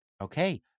Okay